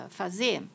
fazer